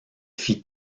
fit